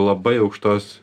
labai aukštos